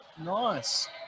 nice